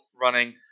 running